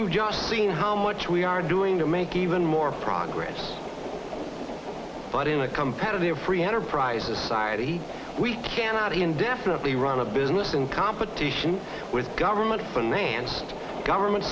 you just seen how much we are doing to make even more progress but in a competitive free enterprise society we cannot indefinitely run a business in competition with government financed government